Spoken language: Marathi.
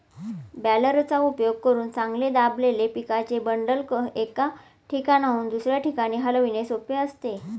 बॅलरचा उपयोग करून चांगले दाबलेले पिकाचे बंडल, एका ठिकाणाहून दुसऱ्या ठिकाणी हलविणे सोपे असते